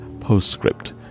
postscript